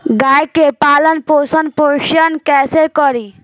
गाय के पालन पोषण पोषण कैसे करी?